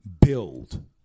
build